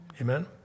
Amen